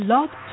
Love